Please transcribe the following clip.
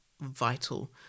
vital